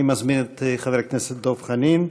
אני מזמין את חבר הכנסת דב חנין,